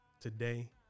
Today